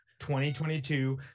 2022